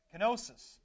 Kenosis